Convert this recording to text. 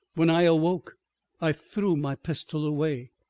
when i awoke i threw my pistol away.